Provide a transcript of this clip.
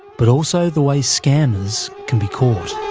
but also the way scammers can be caught.